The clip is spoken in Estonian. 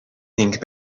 ning